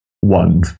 one